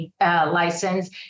license